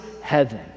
heaven